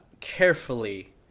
carefully